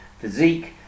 physique